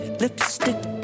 Lipstick